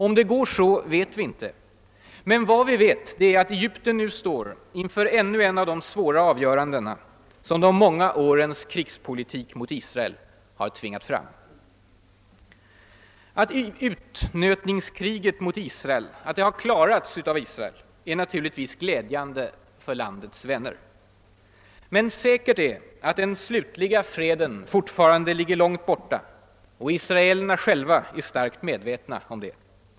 Om det går så vet vi inte. Men vad vi vet är att Egypten nu står inför ännu ett av de svåra avgöranden som de många årens krigspolitik mot Israel har tvingat fram. Att Israel klarat också »utnötningskriget« är naturligtvis glädjande för landets vänner. Men säkert är att den slutliga freden fortfarande ligger långt borta, och israelerna är själva starkt medvetna om det.